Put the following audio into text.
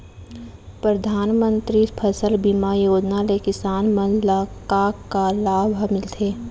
परधानमंतरी फसल बीमा योजना ले किसान मन ला का का लाभ ह मिलथे?